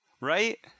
right